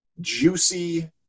juicy